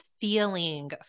feeling